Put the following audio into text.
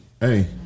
Hey